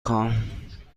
خواهم